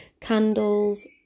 candles